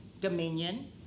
Dominion